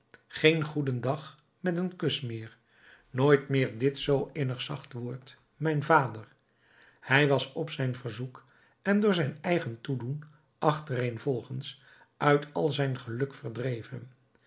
geen goeden dag met een kus meer nooit meer dit zoo innig zacht woord mijn vader hij was op zijn verzoek en door zijn eigen toedoen achtereenvolgens uit al zijn geluk verdreven